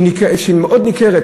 שמאוד ניכרת,